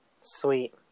Sweet